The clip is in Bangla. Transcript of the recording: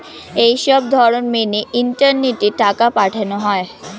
এই সবধরণ মেনে ইন্টারনেটে টাকা পাঠানো হয়